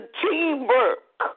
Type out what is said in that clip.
teamwork